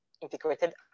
integrated